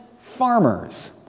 farmers